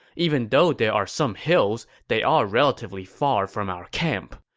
even though there are some hills, they are relatively far from our camp.